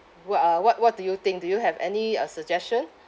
what uh what what do you think do you have any uh suggestion